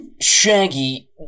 Shaggy